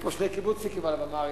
יש פה שני קיבוצניקים על הבמה,